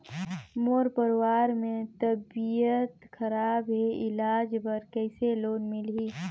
मोर परवार मे तबियत खराब हे इलाज बर कइसे लोन मिलही?